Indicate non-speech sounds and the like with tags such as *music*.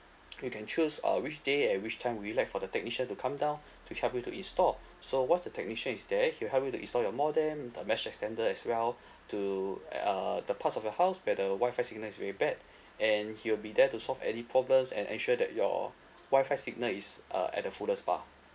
you can choose uh which day at which time would you like for the technician to come down *breath* to help you to install so once the technician is there he will help you to install your modem the mesh extender as well *breath* to uh the parts of your house where the WI-FI signal is very bad *breath* and he will be there to solve any problems and ensure that your WI-FI signal is uh at the fullest bar